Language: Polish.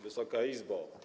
Wysoka Izbo!